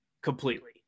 completely